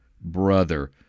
brother